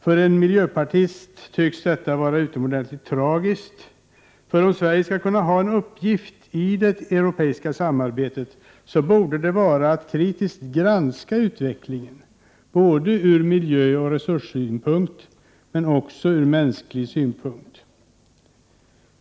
För en miljöpartist tycks detta vara utomordentligt tragiskt, för om Sverige skulle kunna ha en uppgift i det europeiska samarbetet så borde det vara att kritiskt granska utvecklingen både från miljöoch resurssynpunkt och från mänsklig synpunkt.